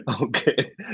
okay